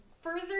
further